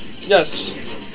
Yes